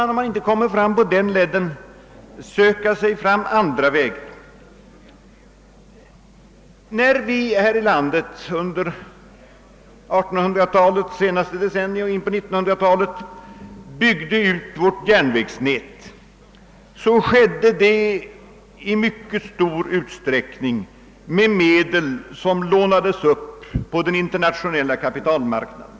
När vi här i landet under 1800-talets sista decennier och i början på 1900 talet byggde ut vårt järnvägsnät, så skedde det i mycket stor utsträckning med medel som lånades upp på den internationella kapitalmarknaden.